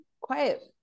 quiet